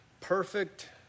perfect